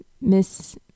Miss